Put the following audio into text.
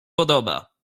podoba